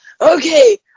okay